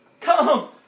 come